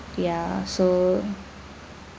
ya so